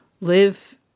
live